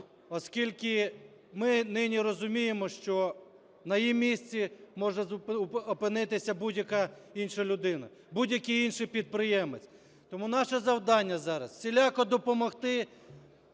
оскільки ми нині розуміємо, що на її місці може опинитися будь-яка інша людина, будь-який інший підприємець. Тому наше завдання зараз - всіляко допомогти